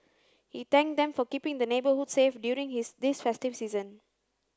he thanked them for keeping the neighbourhood safe during his this festive season